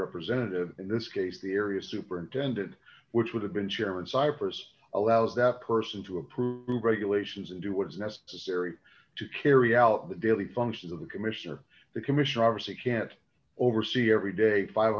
representative in this case the area superintendent which would have been chairman cyphers allows that person to approve regulations and do what is necessary to carry out the daily functions of the commissioner the commissioner obviously can't oversee every day five